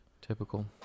Typical